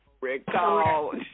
recall